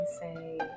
say